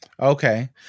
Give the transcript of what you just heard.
Okay